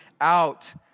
out